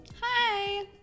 Hi